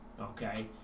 okay